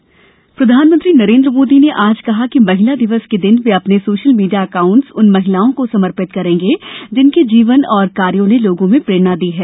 मोदी महिला दिवस प्रधानमंत्री नरेन्द्र मोदी ने आज कहा कि महिला दिवस के दिन वे अपने सोशल मीडिया अकाउंट्स उन महिलाओं को समर्पित करेंगे जिनके जीवन और कार्यो ने लोगों को प्रेरणा दी है